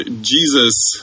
Jesus